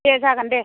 दे जागोन दे